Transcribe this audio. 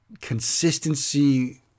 consistency